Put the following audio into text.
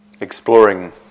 exploring